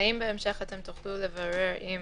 האם בהמשך תוכלו לברר עם